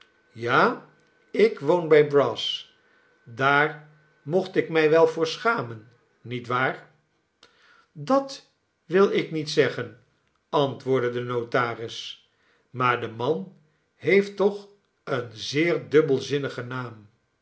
ja ik woon bij brass daar mocht ik mij wel voor schamen niet waar dat wil ik niet zeggen antwoordde de notaris maar de man heeft toch een zeer dubbelzinnigen naam